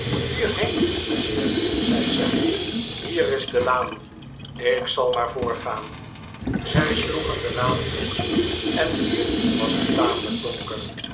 hierheen mynheer zei sam hier is de laan ik zal maar voorgaan zij sloegen de laan in en hier was het tamelijk donker